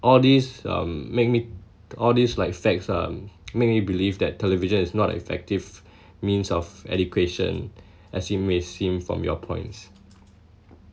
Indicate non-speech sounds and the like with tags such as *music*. all these um made me all these like facts um *noise* made me believe that television is not effective *breath* means of education *breath* as it may seem from your points